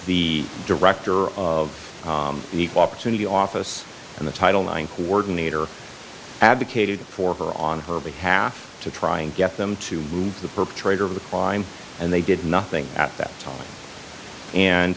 the director of an equal opportunity office and the title nine coordinator advocated for her on her behalf to try and get them to move to the perpetrator of the crime and they did nothing at that time and